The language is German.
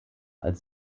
als